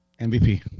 MVP